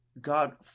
god